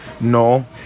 No